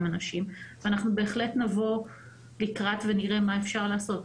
אנשים ואנחנו בהחלט נבוא לקראת ונראה מה אפשר לעשות,